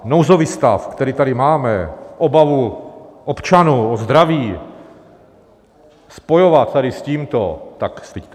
Nouzový stav, který tady máme, obavu občanů o zdraví, spojovat tady s tímto tak to se styďte.